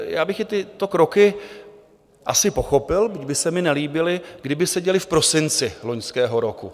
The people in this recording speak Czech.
Já bych i tyto kroky asi pochopil, kdyby se mi nelíbily, kdyby se děly v prosinci loňského roku.